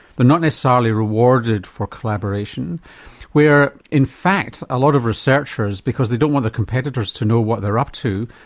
but not necessarily rewarded for collaboration where in fact, a lot of researchers because they don't want their competitors to know what they're up to,